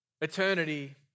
Eternity